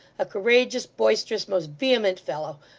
a courageous, boisterous, most vehement fellow!